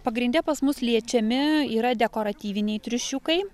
pagrinde pas mus liečiami yra dekoratyviniai triušiukai